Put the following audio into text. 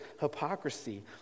hypocrisy